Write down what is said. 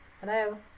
Hello